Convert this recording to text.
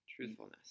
Truthfulness